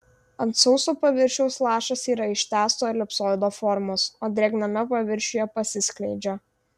ant sauso paviršiaus lašas yra ištęsto elipsoido formos o drėgname paviršiuje pasiskleidžia